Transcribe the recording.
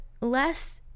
less